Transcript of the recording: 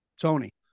Tony